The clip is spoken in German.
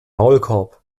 maulkorb